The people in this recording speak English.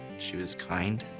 she was kind,